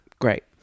Great